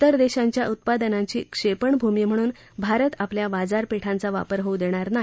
विर देशांच्या उत्पादनांची क्षेपणभूमी म्हणून भारत आपल्या बाजारपेठांचा वापर होऊ देणार नाही